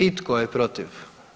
I tko je protiv?